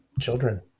children